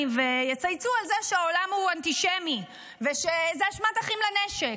ויצייצו על זה שהעולם הוא אנטישמי ושזו אשמת אחים לנשק.